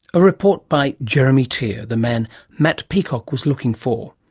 a report by jeremy tear, the man matt peacock was looking for.